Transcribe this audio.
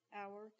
hour